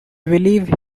believe